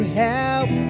help